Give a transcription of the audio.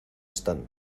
están